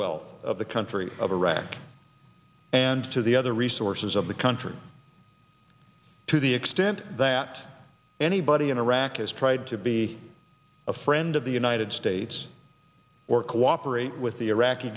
well of the country of iraq and to the other resources of the country to the extent that anybody in iraq has tried to be a friend of the united states or cooperate with the iraqi